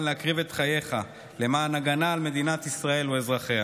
להקריב את חייך למען הגנה על מדינת ישראל ואזרחיה.